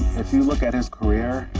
if you look at his career,